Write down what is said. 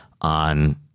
on